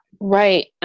Right